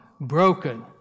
broken